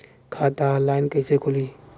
खाता ऑनलाइन कइसे खुली?